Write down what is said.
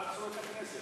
ההצעה